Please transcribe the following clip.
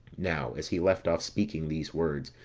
now as he left off speaking these words,